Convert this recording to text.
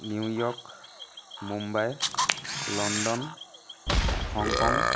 New York Mumbai London Hong Kong